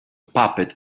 puppet